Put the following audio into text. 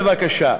בבקשה.